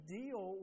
deal